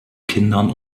kindern